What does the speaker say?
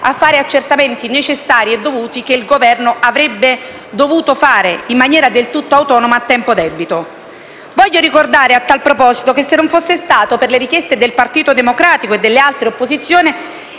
a fare gli accertamenti necessari e dovuti che il Governo avrebbe dovuto fare in maniera del tutto autonoma a tempo debito. Vorrei ricordare a tal proposito che se non fosse stato per le richieste del Partito Democratico e delle altre opposizioni